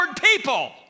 people